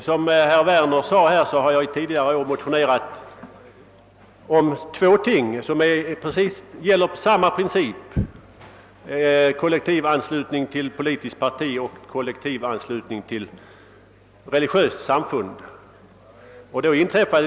Som herr Werner sade har jag under tidigare år motionerat om två ting som gäller samma princip: kollektivanslutning till politiskt parti och kollektivanslutning till religiöst samfund.